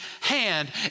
hand